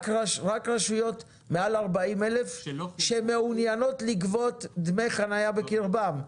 רק רשויות מעל 40 אלף שמעוניינות לגבות דמי חניה בקרבן.